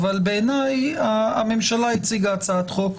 אבל הממשלה הציגה הצעת חוק,